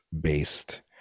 based